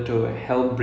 oh